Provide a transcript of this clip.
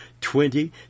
twenty